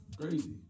crazy